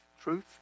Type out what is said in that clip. Truth